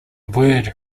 word